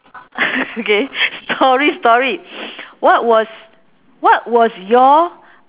K story story what was what was your